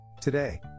Today